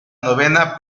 novena